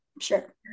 sure